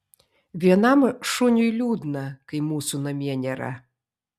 vienam šuniui liūdna kai mūsų namie nėra